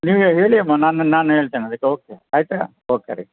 ನೀವು ಹೇಳಿಯಮ್ಮ ನಾನು ನಾನು ಹೇಳ್ತೇನೆ ಅದಕ್ಕೆ ಓಕೆ ಆಯಿತಾ ಓಕೆ ಆಯಿತು